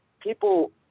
people